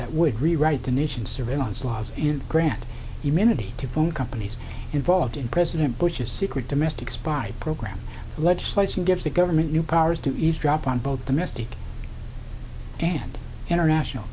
that would rewrite the nation's surveillance laws in grant immunity to phone companies involved in president bush's secret domestic spy program legislation gives the government new powers to eavesdrop on both domestic and international